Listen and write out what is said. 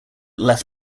left